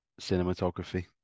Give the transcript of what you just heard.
cinematography